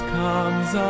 comes